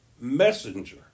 messenger